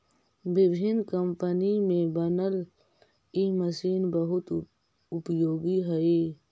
विभिन्न कम्पनी में बनल इ मशीन बहुत उपयोगी हई